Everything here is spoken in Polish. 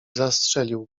zastrzelił